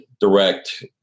direct